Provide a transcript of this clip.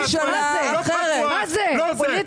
לעשות רפורמה בארנונה